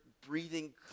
breathing